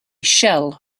shell